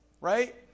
right